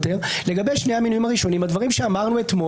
מה שאומר שביבי שאוהב לצאת לבחירות יצא לבחירות שוב ושוב,